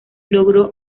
logró